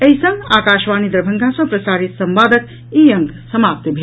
एहि संग आकाशवाणी दरभंगा सँ प्रसारित संवादक ई अंक समाप्त भेल